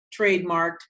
trademarked